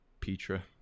Petra